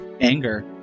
Anger